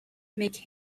make